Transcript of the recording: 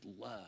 love